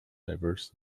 diverse